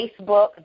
Facebook